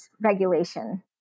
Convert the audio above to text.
regulation